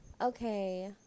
Okay